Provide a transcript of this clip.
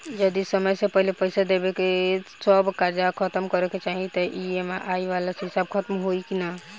जदी समय से पहिले पईसा देके सब कर्जा खतम करे के चाही त ई.एम.आई वाला हिसाब खतम होइकी ना?